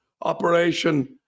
operation